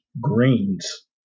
greens